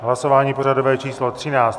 Hlasování pořadové číslo 13.